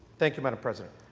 thank you madam president.